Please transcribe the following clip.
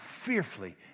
fearfully